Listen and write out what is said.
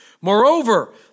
moreover